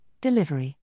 delivery